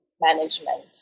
management